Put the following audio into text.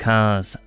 Cars